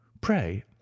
Pray